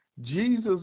Jesus